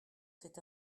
c’est